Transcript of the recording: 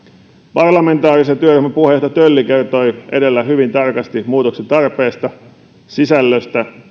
parlamentaarisen työryhmän puheenjohtaja tölli kertoi edellä hyvin tarkasti muutoksen tarpeesta sisällöstä